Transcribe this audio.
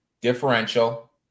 differential